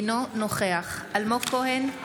אינו נוכח אלמוג כהן,